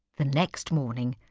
the next morning,